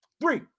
Three